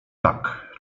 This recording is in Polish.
tak